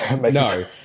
No